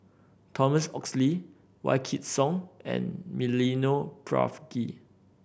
Thomas Oxley Wykidd Song and Milenko Prvacki